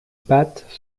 pattes